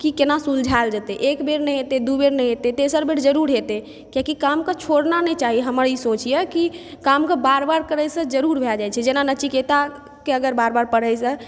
की केना सुलझाएल जेतै एकबेर नहि हेतै दू बेर नहि हेतै तेसर बेर जरूर हेतै किआकि कामकेँ छोड़ना नहि चाही हमर ई सोच यऽ कि कामकेँ बार बार करैसँ जरूर भए जाइ छै जेना नचिकेताकेँ अगर बार बार पढ़ैसँ